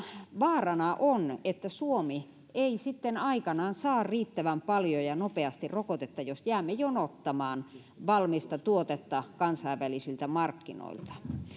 vaarana on että suomi ei sitten aikanaan saa riittävän paljon ja ja nopeasti rokotetta jos jäämme jonottamaan valmista tuotetta kansainvälisiltä markkinoilta